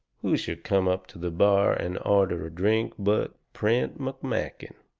who should come up to the bar and order a drink but prent mcmakin.